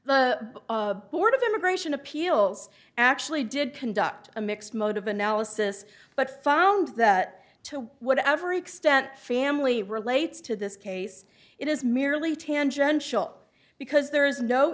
the board of immigration appeals actually did conduct a mixed mode of analysis but found that to whatever extent family relates to this case it is merely tangential because there is no